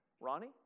Ronnie